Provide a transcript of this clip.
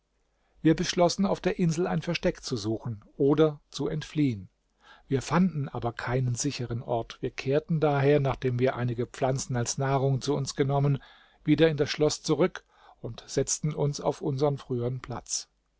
wir beschlossen auf der insel ein versteck zu suchen oder zu entfliehen wir fanden aber keinen sicheren ort wir kehrten daher nachdem wir einige pflanzen als nahrung zu uns genommen wieder in das schloß zurück und setzten uns auf unsern frühern platz